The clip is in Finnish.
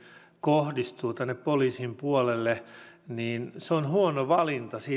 kohdistuvat tänne poliisin puolelle se on huono valinta